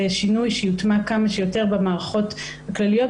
שינוי שיוטמע כמה שיותר במערכות הכלליות,